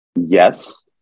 yes